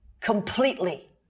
completely